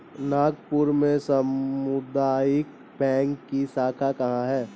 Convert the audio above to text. नागपुर में सामुदायिक बैंक की शाखा कहाँ है?